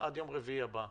עד יום רביעי הבא.